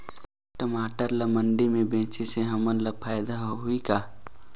टमाटर ला मंडी मे बेचे से हमन ला फायदा होही का?